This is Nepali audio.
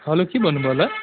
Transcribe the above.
हेलो के भन्नु भयो होला